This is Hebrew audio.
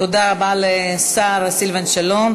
תודה רבה לשר סילבן שלום.